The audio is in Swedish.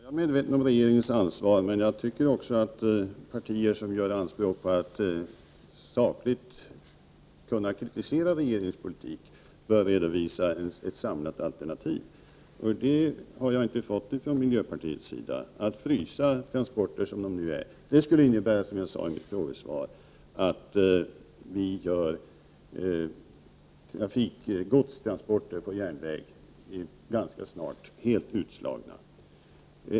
Herr talman! Jag är medveten om regeringens ansvar, men jag tycker också att partier som gör anspråk på att sakligt kunna kritisera regeringens politik bör redovisa ett samlat alternativ. Ett sådant har jag inte fått från miljöpartiet. Att frysa transporterna skulle innebära, som jag sade i mitt frågesvar, att godstransporterna på järnväg snart blir helt utslagna.